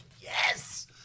yes